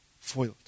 foiled